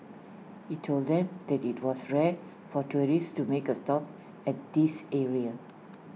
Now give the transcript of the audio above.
he told them that IT was rare for tourists to make A stop at this area